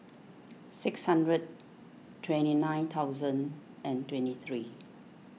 six hundred twenty nine thousand and twenty three